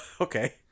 Okay